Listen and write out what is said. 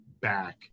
back